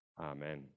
Amen